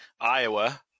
Iowa